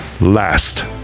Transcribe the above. last